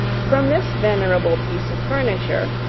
from this venerable piece of furniture,